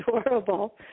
adorable